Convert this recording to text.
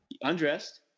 undressed